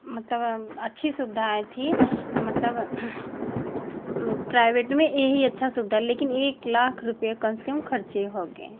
मतलब अब अच्छी सुविधाएँ थी मतलब प्राइवेट में ये ही अच्छा सुविधा है लेकिन एक लाख रूपये कम से कम खर्चें हो गए